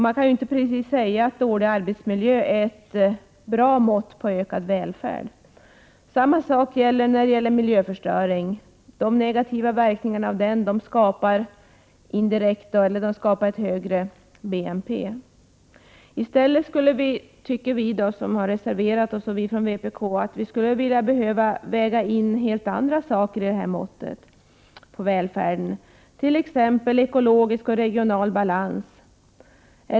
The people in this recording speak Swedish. Man kan ju inte precis säga att dålig arbetsmiljö är ett bra mått på ökad välfärd. Detsamma gäller miljöförstöringen. De negativa verkningarna av miljöförstöringen skapar indirekt ett högre BNP. Vi reservanter tycker att man i stället skulle behöva väga in helt andra saker och helt andra situationer i måttet på välfärden, t.ex. ekologisk och regional balans.